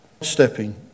Stepping